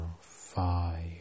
five